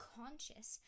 conscious